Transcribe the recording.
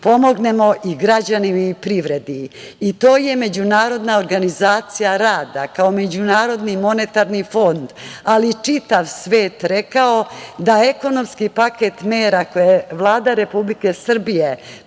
pomognemo i građanima i privredi. To je Međunarodna organizacija rada, kao MMF, ali i čitav svet rekao da ekonomski paket mera koji je Vlada Republike Srbije